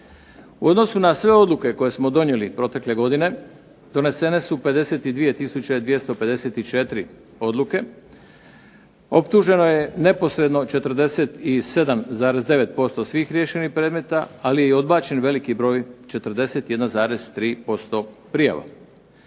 U odnosu na sve odluke koje smo donijeli protekle godine donesene su 52 tisuće 254 odluke, optuženo je neposredno 47,9% svih riješenih predmeta, ali je i odbačen veliki broj 41,3% prijava.